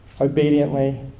obediently